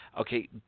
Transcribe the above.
Okay